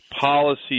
policy